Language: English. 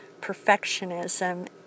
perfectionism